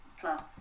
plus